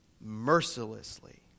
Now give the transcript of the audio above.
mercilessly